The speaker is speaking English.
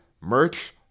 merch